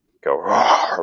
go